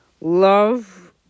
Love